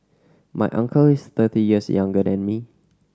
my uncle is thirty years younger than me